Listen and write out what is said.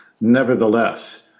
Nevertheless